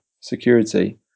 security